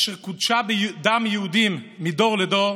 אשר קודשה בדם יהודים מדור לדור,